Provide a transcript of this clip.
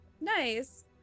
Nice